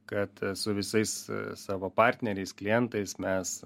kad su visais savo partneriais klientais mes